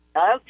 Okay